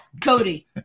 Cody